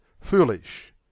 foolish